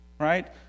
right